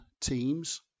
teams